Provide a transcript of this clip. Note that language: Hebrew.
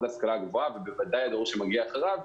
ההשכלה הגבוהה ובוודאי הדור שיגיע אחריו,